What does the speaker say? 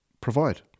provide